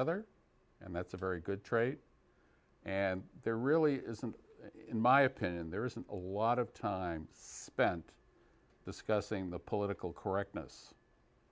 other and that's a very good trait and there really isn't in my opinion there isn't a lot of time spent discussing the political correctness